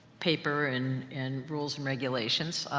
paper and, and rules and regulations.